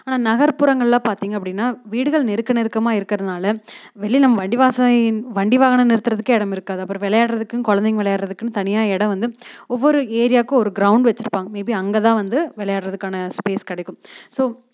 ஆனால் நகர்ப்புறங்களில் பார்த்திங்க அப்படின்னா வீடுகள் நெருக்கம் நெருக்கமாக இருக்கிறதுனால வெளியில் நம் வண்டி வாசையின் வண்டி வாகனம் நிறுத்துறதுக்கே இடம் இருக்காது அப்புறம் விளையாடுறத்துக்குன்னு குழந்தைங்க விளையாடுறத்துக்குன்னு தனியாக இடம் வந்து ஒவ்வொரு ஏரியாவுக்கு ஒரு கிரௌண்டு வச்சுருப்பாங்க மே பி அங்கே தான் வந்து விளையாட்றதுக்கான ஸ்பேஸ் கிடைக்கும் ஸோ